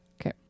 Okay